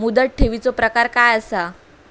मुदत ठेवीचो प्रकार काय असा?